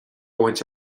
bhaint